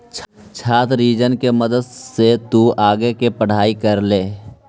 छात्र ऋण के मदद से तु आगे के पढ़ाई कर ले